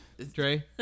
Dre